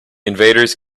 invaders